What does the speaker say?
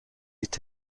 est